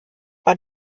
war